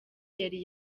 yari